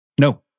No